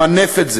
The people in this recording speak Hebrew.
למנף את זה